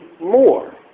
more